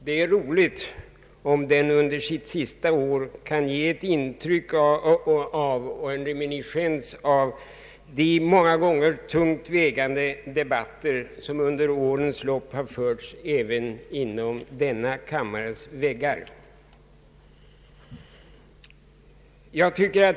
Det är därför roligt om den under sitt sista år kan ge en reminiscens av de ofta tungt vägande debatter som under årens lopp har förts även inom denna kammares väggar.